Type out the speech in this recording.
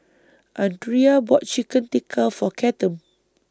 Andria bought Chicken Tikka For Cathern